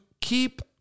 keep